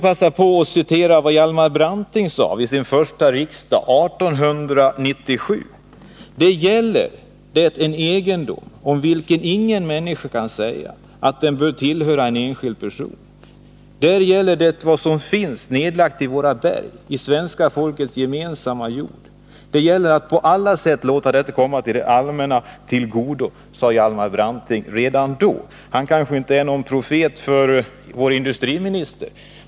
Jag kan citera vad Hjalmar Branting sade vid sin första riksdag år 1897: ”Där gäller det en egendom, om vilken ingen människa kan säga, att den bör tillhöra en enskild person. Där gäller det vad som finns nedlagt i våra berg, i svenska folkets gemensamma jord, det gäller att på alla sätt låta detta komma det allmänna till godo.” Hjalmar Branting kanske inte är någon profet för vår industriminister.